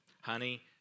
honey